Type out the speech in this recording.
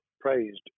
praised